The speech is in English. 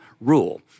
rule